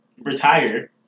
retire